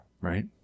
right